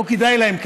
לא כדאי להם כלכלית,